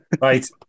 Right